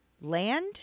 land